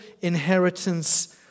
inheritance